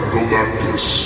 Galactus